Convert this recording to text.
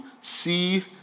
see